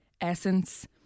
essence